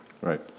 Right